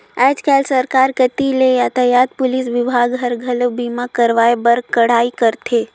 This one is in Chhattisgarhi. आयज कायज सरकार कति ले यातयात पुलिस विभाग हर, घलो बीमा करवाए बर कड़ाई करथे